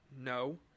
No